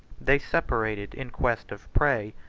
they separated in quest of prey,